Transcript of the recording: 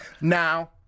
Now